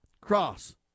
Cross